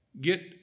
get